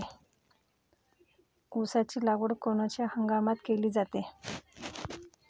ऊसाची लागवड कोनच्या हंगामात केली जाते?